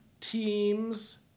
teams